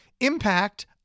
Impact